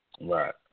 Right